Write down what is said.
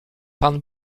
pan